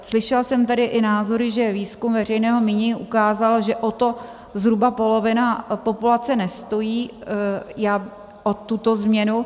Slyšela jsem tady i názory, že výzkum veřejného mínění ukázal, že o to zhruba polovina populace nestojí, o tuto změnu.